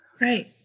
Right